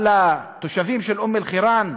אבל לתושבים של אום-אלחיראן,